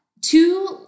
two